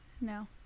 No